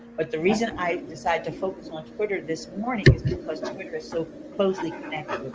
but the reason i decided to focus on twitter this morning is because twitter is so closely connected